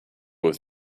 have